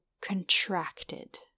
contracted